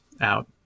out